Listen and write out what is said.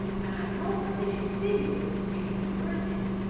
and i told them they should see you if you came to my birthday,